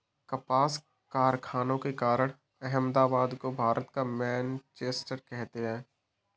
कपास कारखानों के कारण अहमदाबाद को भारत का मैनचेस्टर कहते हैं